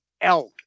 elk